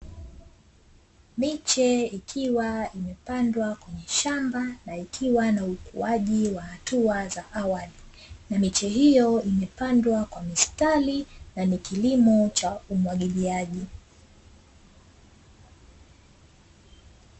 Miche ikiwa imepandwa kwenye shamba na ikiwa na ukuaji wa hatua za awali, na miche hiyo imepandwa kwa mistari na ni kilimo cha umwagiliaji.